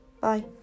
Bye